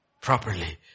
properly